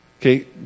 Okay